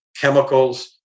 chemicals